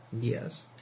yes